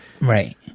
Right